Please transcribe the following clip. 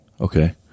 okay